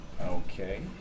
Okay